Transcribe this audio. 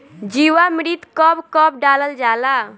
जीवामृत कब कब डालल जाला?